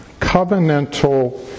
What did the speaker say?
covenantal